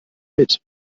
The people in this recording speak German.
mit